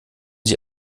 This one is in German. sie